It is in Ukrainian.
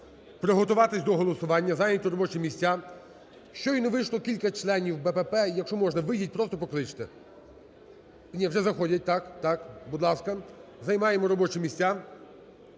приготуватися до голосування, зайняти робочі місця. Щойно вийшли кілька членів БПП. Якщо можна, вийдіть й просто покличте. І, вже заходять. Так, так, будь ласка, займаємо робочі місця